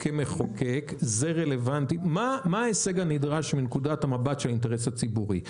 מה ההישג הנדרש מנקודת המבט של האינטרס הציבורי?